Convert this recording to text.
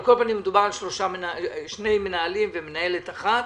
על כל פנים, מדובר על שני מנהלים ומנהלת אחת.